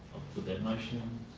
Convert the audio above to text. put that motion.